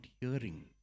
hearing